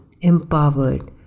empowered